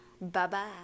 Bye-bye